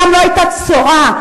שם לא היתה צואה,